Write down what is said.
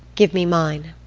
give me mine.